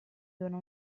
dona